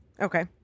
Okay